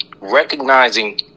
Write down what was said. recognizing